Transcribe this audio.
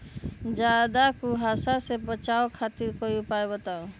ज्यादा कुहासा से बचाव खातिर कोई उपाय बताऊ?